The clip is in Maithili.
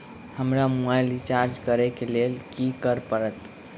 हमरा मोबाइल रिचार्ज करऽ केँ लेल की करऽ पड़त?